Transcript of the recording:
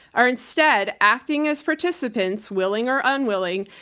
are instead acting as participants, willing or unwilling,